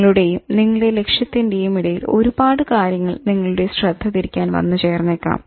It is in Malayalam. നിങ്ങളുടെയും നിങ്ങളുടെ ലക്ഷ്യത്തിന്റെയും ഇടയിൽ ഒരുപാട് കാര്യങ്ങൾ നിങ്ങളുടെ ശ്രദ്ധ തിരിക്കാൻ വന്ന് ചേർന്നേക്കാം